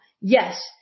Yes